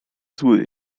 zły